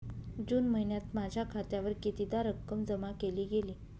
जून महिन्यात माझ्या खात्यावर कितीदा रक्कम जमा केली गेली?